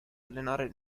allenare